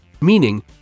meaning